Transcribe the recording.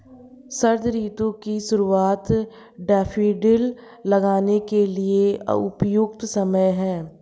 शरद ऋतु की शुरुआत डैफोडिल लगाने के लिए उपयुक्त समय है